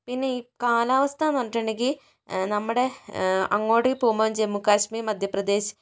പിന്നെ ഈ കാലാവസ്ഥ എന്ന് പറഞ്ഞിട്ടുണ്ടെങ്കിൽ നമ്മുടെ അങ്ങോട്ടേക്ക് പോകുമ്പോൾ ജമ്മു കാശ്മീർ മദ്ധ്യപ്രദേശ്